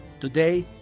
Today